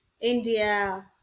India